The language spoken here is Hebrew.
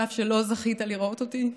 שאף שלא זכית לראות אותי.